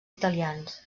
italians